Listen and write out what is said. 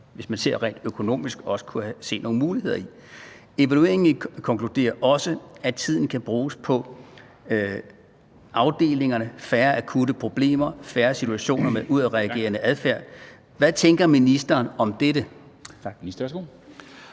hvis man ser rent økonomisk på det, faktisk også kunne se nogle muligheder i. Evalueringen konkluderer også, at tiden kan bruges på afdelingerne, at der bliver færre akutte problemer og færre situationer med udadreagerende adfærd. Hvad tænker ministeren om dette?